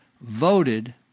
voted